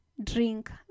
drink